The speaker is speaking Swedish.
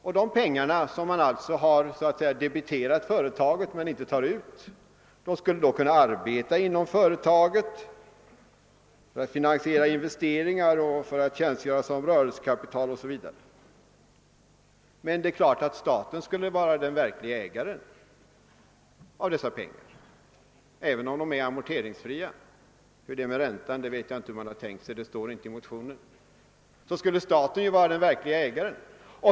Dessa pengar som har debiterats företaget men som inte tas ut skulle kunna arbeta inom företaget för att finansiera investeringar, för att tjänstgöra som rörelsekapital o. s. v. Självfallet skulle emeller tid staten vara den verkliga ägaren av dessa pengar, även om de är amorteringsfria. Hur man tänkt sig att göra med räntan vet jag inte — det redovisas inte i motionen.